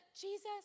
Jesus